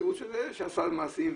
מההיכרות שהוא עשה מעשים.